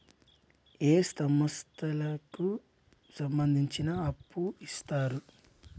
ఏ సంస్థలకు సంబంధించి అప్పు ఇత్తరు?